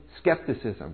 skepticism